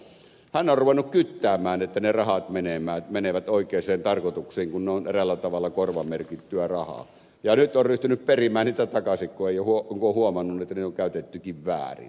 hän on ruvennut kyttäämään että ne rahat menevät oikeisiin tarkoituksiin kun ne ovat eräällä tavalla korvamerkittyä rahaa ja on nyt ryhtynyt perimään niitä takaisin kun on huomannut että niitä onkin käytetty väärin